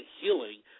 healing